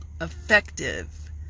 effective